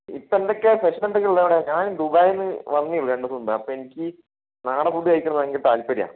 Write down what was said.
ഇപ്പോൾ എന്തൊക്കയാണ് സ്പെഷ്യൽ എന്തൊക്കയാണ് ഉള്ള് അവിടെ ഞാൻ ദുബായിൽ നിന്ന് വന്നതേ ഉള്ളു രണ്ട് ദിവസം മുമ്പേ അപ്പോൾ എനിക്ക് ഈ നാടൻ ഫുഡ് കഴിക്കണമെന്ന് ഭയങ്കര താൽപര്യ